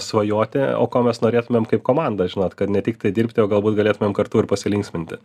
svajoti o ko mes norėtumėm kaip komanda žinot kad ne tiktai dirbti o galbūt galėtumėm kartu ir pasilinksminti